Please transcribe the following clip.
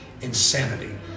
insanity